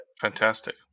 Fantastic